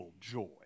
joy